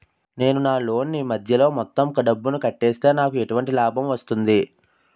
నేను నా లోన్ నీ మధ్యలో మొత్తం డబ్బును కట్టేస్తే నాకు ఎటువంటి లాభం వస్తుంది?